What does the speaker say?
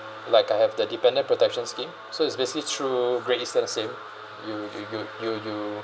like I have the dependent protection scheme so it's basically through Great Eastern scheme you will be good you you